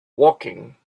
woking